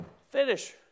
Finish